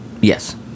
Yes